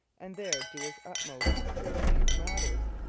and there do his utmost to arrange matters.